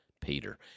Peter